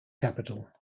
capital